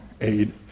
aid